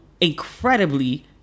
incredibly